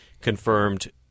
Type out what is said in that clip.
confirmed